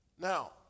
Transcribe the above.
Now